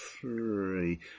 Three